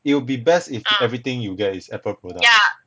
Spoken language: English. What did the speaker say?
it would be best if everything you get is apple product